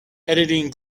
editing